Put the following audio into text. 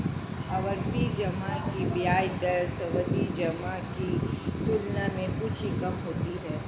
आवर्ती जमा की ब्याज दरें सावधि जमा की तुलना में कुछ ही कम होती हैं